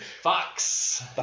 Fox